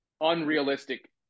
unrealistic